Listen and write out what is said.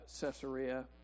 Caesarea